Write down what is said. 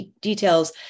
details